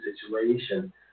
situation